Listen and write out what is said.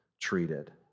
treated